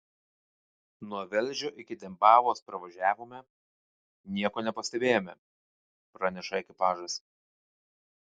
nuo velžio iki dembavos pravažiavome nieko nepastebėjome praneša ekipažas